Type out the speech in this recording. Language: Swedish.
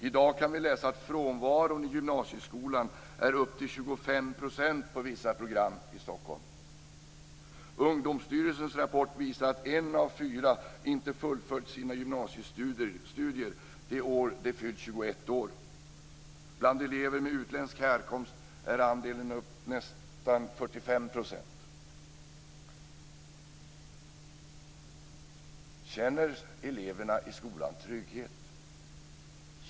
I dag kan vi läsa att frånvaron i gymnasieskolan är upp till 25 % på vissa program i Stockholm. Ungdomsstyrelsens rapport visar att en av fyra inte fullföljt sina gymnasiestudier det år de fyllt 21 år. Bland elever med utländsk härkomst är andelen nästan 45 %. Känner eleverna i skolan trygghet?